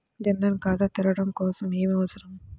జన్ ధన్ ఖాతా తెరవడం కోసం ఏమి అవసరం?